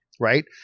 right